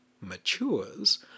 matures